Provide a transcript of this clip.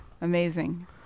amazing